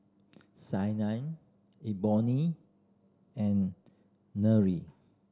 and Nery